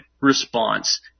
response